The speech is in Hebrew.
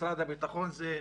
משרד הביטחון,